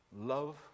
love